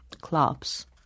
clubs